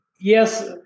Yes